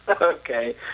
Okay